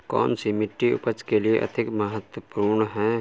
कौन सी मिट्टी उपज के लिए अधिक महत्वपूर्ण है?